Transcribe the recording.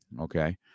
Okay